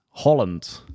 Holland